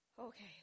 Okay